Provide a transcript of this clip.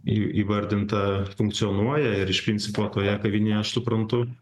į įvardinta funkcionuoja ir iš principo toje kavinėje aš suprantu